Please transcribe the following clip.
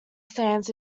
stands